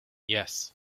yes